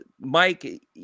Mike